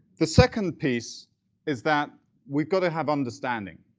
the second piece is that we've got to have understanding.